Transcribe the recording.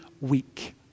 week